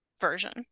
version